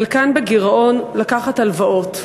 שחלקן בגירעון, לקחת הלוואות.